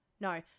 no